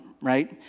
right